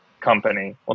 company